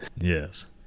yes